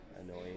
annoying